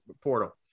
portal